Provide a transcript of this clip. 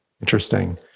Interesting